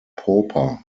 pauper